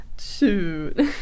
Shoot